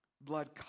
blood